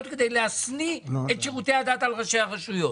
כדי להשניא את שירותי הדת על ראשי הרשויות.